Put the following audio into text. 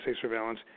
surveillance